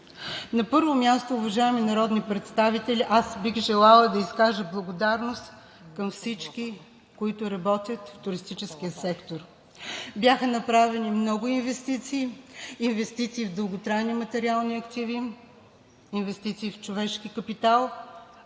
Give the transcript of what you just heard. На първо място, уважаеми народни представители, аз бих желала да изкажа благодарност към всички, които работят в туристическия сектор. Бяха направени много инвестиции в дълготрайни материални активи, инвестиции в човешки капитал,